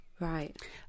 Right